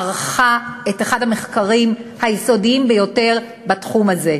ערכה את אחד המחקרים היסודיים ביותר בתחום הזה.